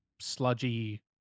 sludgy